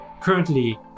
currently